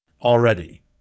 Already